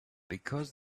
because